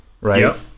right